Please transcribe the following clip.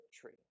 tree